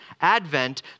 advent